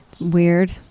weird